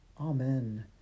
Amen